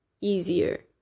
easier